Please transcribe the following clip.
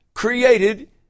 Created